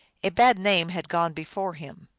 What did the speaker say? a bad name had gone before him.